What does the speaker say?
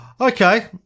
Okay